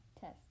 Test